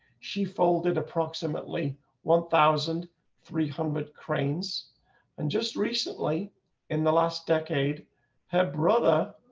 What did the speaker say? she folded approximately one thousand three hundred cranes and just recently in the last decade have brother.